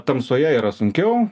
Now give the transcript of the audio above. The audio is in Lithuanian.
tamsoje yra sunkiau